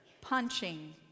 punching